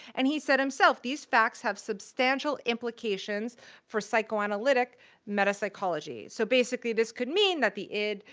and he said himself, these facts have substantial implications for psychoanalytic metapsychology. so basically this could mean that the id,